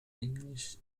english